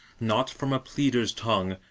not from a pleader's tongue,